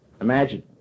imagine